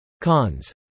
Cons